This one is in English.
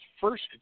first